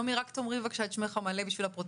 אני רוצה קצת להכניס אתכם לתמונה.